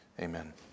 Amen